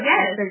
Yes